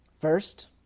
first